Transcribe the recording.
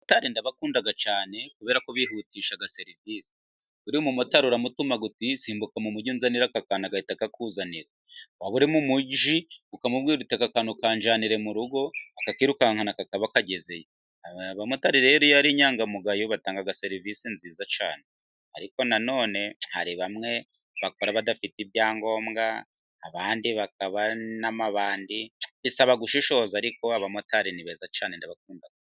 Abamotari ndabakunda cyane, kubera ko bihutisha serivisi, buriya umumotari uramutuma uti" simbuka mumujyi unzanire aka kantu agahita akakuzanira, waba uri mu mujyi ukamubwira uti" aka kantu kanjyanire mu rugo, akakirukankana kakaba kagezeyo, abamotari rero iyo ari inyangamugayo batanga serivisi nziza cyane, ariko nanone hari bamwe bakora badafite ibyangombwa, abandi bakaba n'amabandi bisaba gushishoza ariko abamotari ni beza cyane ndabakunda.